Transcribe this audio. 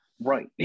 right